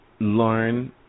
Learn